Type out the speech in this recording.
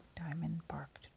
diamond-barked